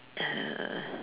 uh